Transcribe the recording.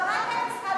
רק על משרד האוצר.